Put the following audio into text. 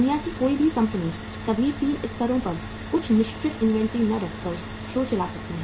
दुनिया की कोई भी कंपनी सभी 3 स्तरों पर कुछ निश्चित इन्वेंट्री न रखकर शो चला सकती है